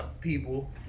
people